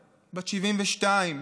בת 72,